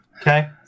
Okay